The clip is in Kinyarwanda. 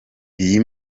iyi